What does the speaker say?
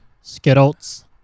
Skittles